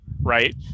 Right